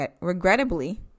regrettably